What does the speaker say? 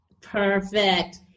Perfect